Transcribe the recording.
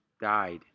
died